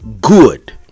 good